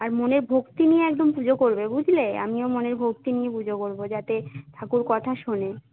আর মনে ভক্তি নিয়ে একদম পুজো করবে বুঝলে আমিও মনের ভক্তি নিয়ে পুজো করব যাতে ঠাকুর কথা শোনে